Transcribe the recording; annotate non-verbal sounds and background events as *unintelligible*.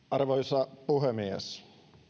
*unintelligible* arvoisa puhemies